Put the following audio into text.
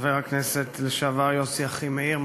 חבר הכנסת לשעבר יוסי אחימאיר,